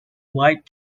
white